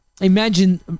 imagine